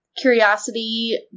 curiosity